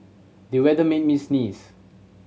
the weather made me sneeze